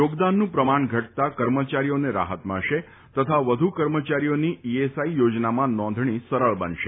યોગદાનનું પ્રમાણ ઘટતા કર્મચારીઓને રાફત મળશે તથા વધુ કર્મચારીઓની ઈએસઆઈ યોજનામાં નોંધણી સરળ બનશે